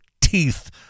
teeth